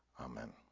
amen